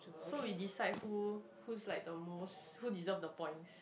so we decide who who's like the most who deserves the points